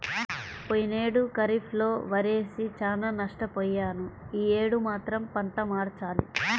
పోయినేడు ఖరీఫ్ లో వరేసి చానా నష్టపొయ్యాను యీ యేడు మాత్రం పంట మార్చాలి